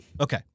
okay